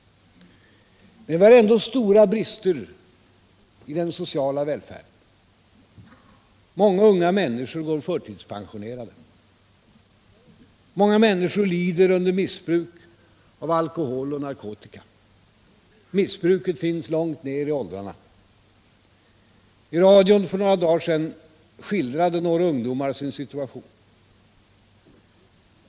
Men vi har ändå stora brister i den sociala välfärden. Många unga människor lider under missbruk av alkohol och narkotika. Missbruket finns långt ner i åldrarna. I radion för några dagar sedan skildrade några ungdomar sin situation.